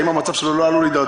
האם המצב שלו לא עלול להתדרדר?